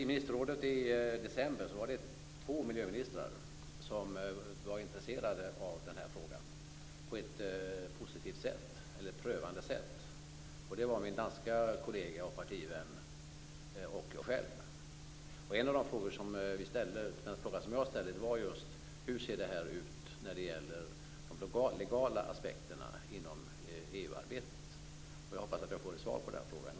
Vid ministerrådet i december var det två miljöministrar som var intresserade av den här frågan på ett prövande sätt. Det var min danska kollega och partivän och jag själv. En av de frågor som jag ställde var just: Hur ser det här ut när det gäller de legala aspekterna inom EU-arbetet? Jag hoppas att jag får ett svar på den frågan.